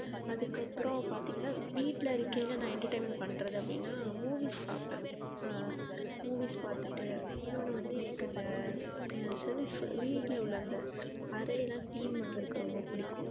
அதுக்கப்புறம் பார்த்திங்கன்னா வீட்டில் இருக்கையில் நான் எண்டெர்டைன்மெண்ட் பண்ணுறது அப்படின்னா மூவிஸ் பார்ப்பேன் மூவிஸ் பார்த்துட்டு இன்னொன்று வந்து எனக்கு இந்த ஸெல்ஃப் வீட்டில் உள்ளே அந்த அறையெல்லாம் கிளீன் பண்ணுறதுக்கு ரொம்ப பிடிக்கும்